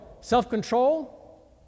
Self-control